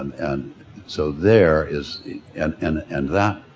um and so there is and and and that